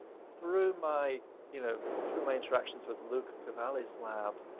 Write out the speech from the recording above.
through my you know through my interactions with luca cavalli's lab,